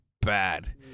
bad